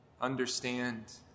understand